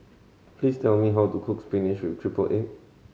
please tell me how to cook spinach with triple egg